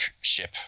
ship